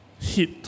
hit